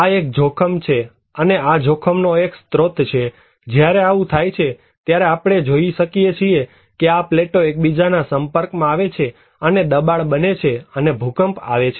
આ એક જોખમ છે અને આ જોખમનો એક સ્ત્રોત છે જ્યારે આવું થાય છે ત્યારે આપણે જોઈ શકીએ છીએ કે આ પ્લેટો એકબીજાના સંપર્કમાં આવે છે અને દબાણ બને છે અને ભૂકંપ આવે છે